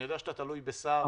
אני יודע שאתה תלוי בשר.